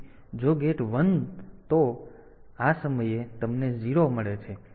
જ્યારે જો ગેટ 1 તો એટલે કે આ સમયે તમને 0 મળે છે